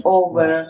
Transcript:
over